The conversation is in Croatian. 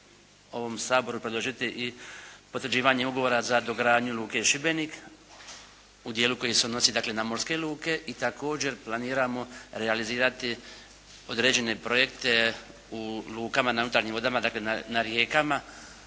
ovom Saboru predložiti i potvrđivanje ugovora za dogradnju luke Šibenik u dijelu koji se odnosi dakle, na morske luke. I također planiramo realizirati određene projekte u lukama na unutarnjim vodama dakle, na rijekama.